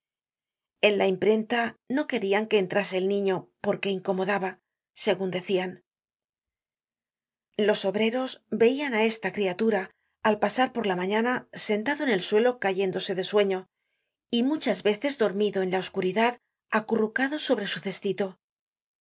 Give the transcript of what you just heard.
en la imprenta no querian que entrase el niño porque incomodaba segun decian los obreros veian á esta criatura al pasar por la mañana sentado en el suelo cayéndose de sueño y muchas veces dormido en la oscuridad acurrucado sobre su cestito